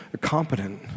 competent